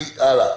מיקי, הלאה.